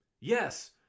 Yes